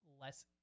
less